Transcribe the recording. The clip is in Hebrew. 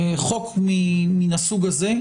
חוק מהסוג הזה,